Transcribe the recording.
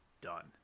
done